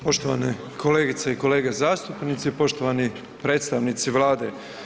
Poštovane kolegice i kolege zastupnici, poštovani predstavnici Vlade.